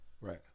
Right